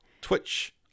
Twitch